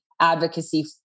advocacy